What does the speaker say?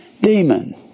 demon